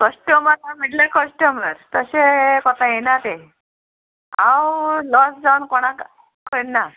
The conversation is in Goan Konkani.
कस्टमर म्हटल्यार कश्टमर तशें कोत्तो येना ते हांव लॉस जावन कोणाक करना